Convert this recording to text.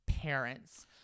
parents